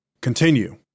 continue